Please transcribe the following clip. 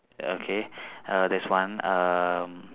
okay uh that's one um